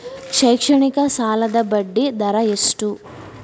ಶೈಕ್ಷಣಿಕ ಸಾಲದ ಬಡ್ಡಿ ದರ ಎಷ್ಟು?